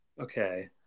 Okay